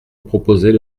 proposait